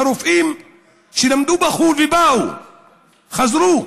רופאים שלמדו בחו"ל וחזרו,